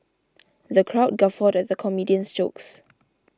the crowd guffawed at the comedian's jokes